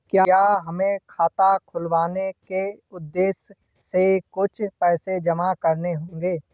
क्या हमें खाता खुलवाने के उद्देश्य से कुछ पैसे जमा करने होंगे?